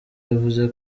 yavuze